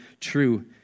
true